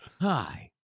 Hi